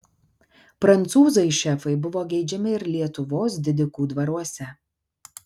prancūzai šefai buvo geidžiami ir lietuvos didikų dvaruose